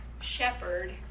shepherd